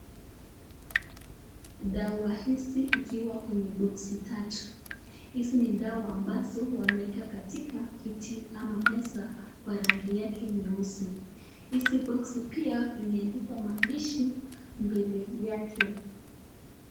Dawa hizi ikiwa kwenye boks tatu. Hizi ni dawa ambazo wameweka katika kiti ama meza kwa rangi yake nyeusi. Hizi boks pia imeandikwa mandishi mbele yake.